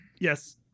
Yes